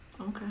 Okay